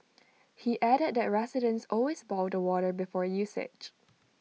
he added that residents always boil the water before usage